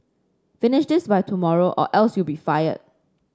finish this by tomorrow or else you'll be fired